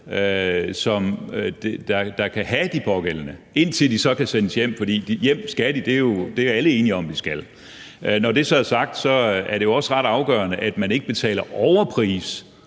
som kan have de pågældende, indtil de kan sendes hjem. For hjem skal de, det er alle enige om de skal. Når det så er sagt, er det jo også ret afgørende, at man ikke betaler overpris